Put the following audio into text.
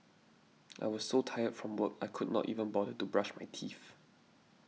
I was so tired from work I could not even bother to brush my teeth